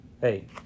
hey